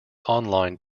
online